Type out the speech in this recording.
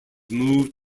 moved